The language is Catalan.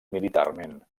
militarment